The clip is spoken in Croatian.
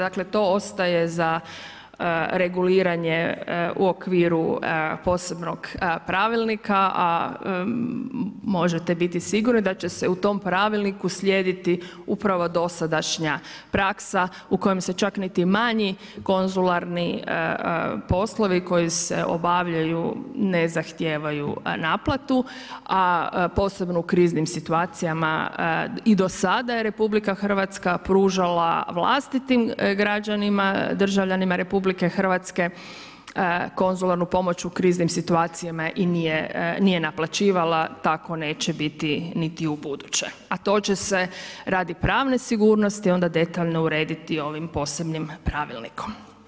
Dakle, to ostaje za reguliranje u okviru posebnog pravilnika, a možete biti sigurni da će se u tom pravilniku slijediti upravo dosadašnja praksa u kojem se čak niti manji konzularni poslovi koji se obavljaju ne zahtijevaju naplatu, a posebno u kriznim situacijama i do sada je RH pružala vlastitim građanima državljanima RH konzularnu pomoć u kriznim situacijama i nije naplaćivala, tako neće biti niti u buduće, a to će se radi pravne sigurnosti onda detaljno urediti ovim posebnim Pravilnikom.